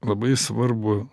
labai svarbu